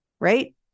right